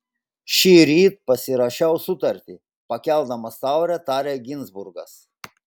šįryt pasirašiau sutartį pakeldamas taurę tarė ginzburgas